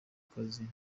kazi